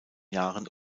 jahren